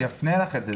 אפנה לך את זה.